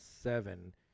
Seven